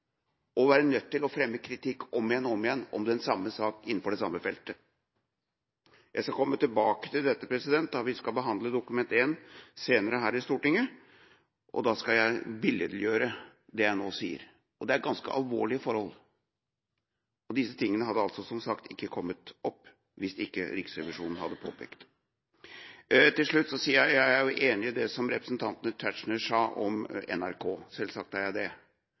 være nødt til å fremme kritikk om igjen og om igjen om den samme saken innenfor det samme feltet. Jeg skal komme tilbake til dette når vi skal behandle Dokument 1 senere her i Stortinget, og da skal jeg billedliggjøre det jeg nå sier – og det er ganske alvorlige forhold. Dette hadde – som sagt – ikke kommet opp hvis ikke Riksrevisjonen hadde påpekt det. Til slutt: Jeg er enig i det representanten Tetzschner sa om NRK, selvsagt er jeg det,